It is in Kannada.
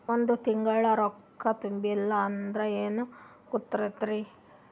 ಒಂದ ತಿಂಗಳ ರೊಕ್ಕ ತುಂಬಿಲ್ಲ ಅಂದ್ರ ಎನಾಗತೈತ್ರಿ?